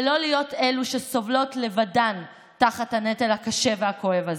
ולא להיות אלו שסובלות לבדן תחת הנטל הקשה והכואב הזה.